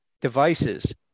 devices